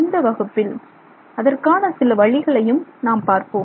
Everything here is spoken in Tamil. இந்த வகுப்பில் அதற்கான சில வழிகளையும் நாம் பார்ப்போம்